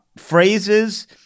phrases